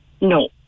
No